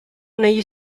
negli